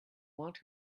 want